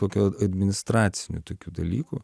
tokio administracinių tokių dalykų